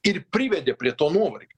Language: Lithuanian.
ir privedė prie to nuovargio